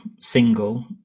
single